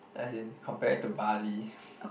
as in comparing to barley